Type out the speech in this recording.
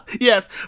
Yes